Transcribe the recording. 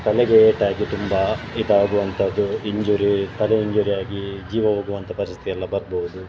ತಲೆಗೆ ಏಟಾಗಿ ತುಂಬ ಇದಾಗುವಂತದ್ದು ಇಂಜುರಿ ತಲೆ ಇಂಜುರಿಯಾಗಿ ಜೀವ ಹೋಗುವಂತಹ ಪರಿಸ್ಥಿತಿ ಎಲ್ಲ ಬರ್ಬೋದು